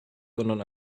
sondern